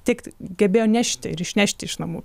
tik gebėjo nešti ir išnešti iš namų